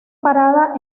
parada